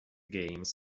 games